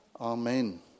Amen